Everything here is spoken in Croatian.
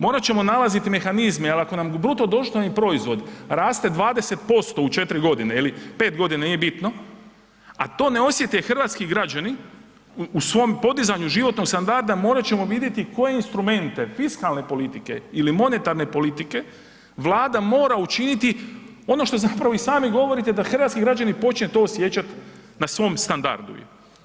Morat ćemo nalaziti mehanizme jer ako nam BDP raste 20% u 4 godine ili 5 godina, nije bitno, a to ne osjete hrvatski građani u svom podizanju životnog standarda, morat ćemo vidjeti koje instrumente fiskalne politike ili monetarne politike Vlada mora učiniti ono što zapravo i sami govorite da hrvatski građani počnu to osjećati na svom standardu.